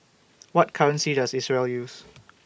What currency Does Israel use